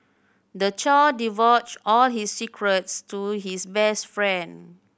the child divulged all his secrets to his best friend